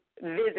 visit